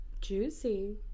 Juicy